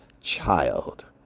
child